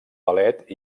ballet